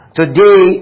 today